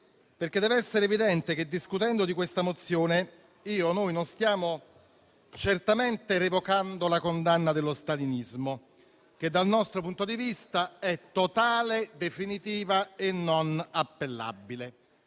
perché deve essere evidente che, discutendo di questa mozione, non stiamo certamente revocando la condanna dello stalinismo, che dal nostro punto di vista è totale, definitiva e non appellabile.